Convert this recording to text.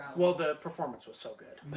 well, the performance was so good.